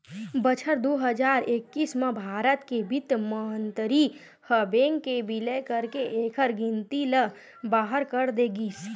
बछर दू हजार एक्कीस म भारत के बित्त मंतरी ह बेंक के बिलय करके एखर गिनती ल बारह कर दे गिस